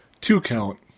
two-count